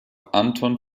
anton